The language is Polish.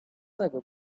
tego